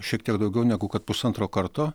šiek tiek daugiau negu kad pusantro karto